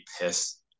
pissed